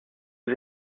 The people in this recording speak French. aux